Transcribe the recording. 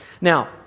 Now